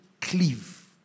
cleave